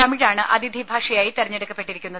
തമിഴാണ് അതിഥി ഭാഷയായി തെരഞ്ഞെടുക്കപ്പെട്ടിരിക്കുന്നത്